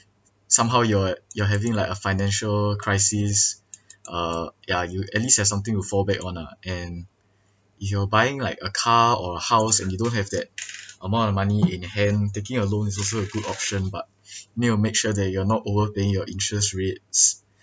somehow you're you're having like a financial crisis uh yeah you at least you've something to fall back on ah and if you're buying like a car or a house and you don't have that amount of money in hand taking a loan is also a good option but need to make sure that you're not overpaying your interest rates